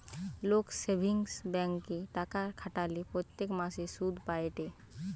লোক সেভিংস ব্যাঙ্কে টাকা খাটালে প্রত্যেক মাসে সুধ পায়েটে